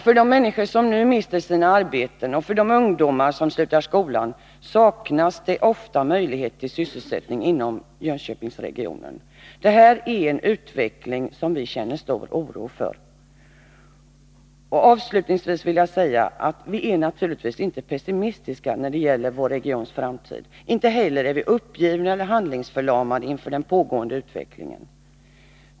För de människor som nu mister sina arbeten och för de ungdomar som slutar skolan saknas ofta möjlighet till sysselsättning inom Jönköpingsregionen. Detta är en utveckling som vi känner stor oro för. Avslutningsvis vill jag säga att vi naturligtvis inte är pessimistiska när det gäller vår regions framtid. Inte heller är vi uppgivna eller handlingsförlamade inför den pågående utvecklingen.